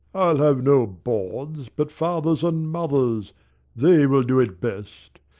i'll have no bawds, but fathers and mothers they will do it best,